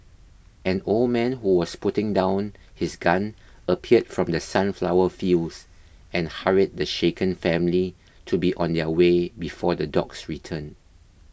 an old man who was putting down his gun appeared from the sunflower fields and hurried the shaken family to be on their way before the dogs return